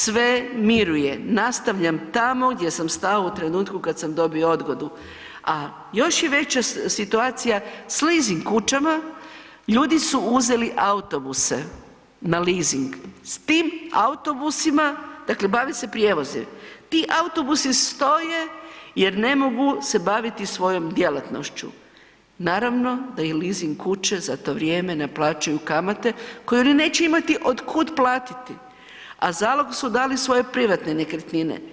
Sve miruje, nastavljam tamo gdje sam stao u trenutku kad sam dobio odgodu, a još je veća situacija s leasing kućama, ljudi su uzeli autobuse na leasing, s tim autobusima dakle bave se prijevozom, ti autobusi stoje jer ne mogu se baviti svojom djelatnošću, naravno da im leasing kuće za to vrijeme naplaćuju kamate koje oni neće imati od kuda platiti, a zalog su dali svoje privatne nekretnine.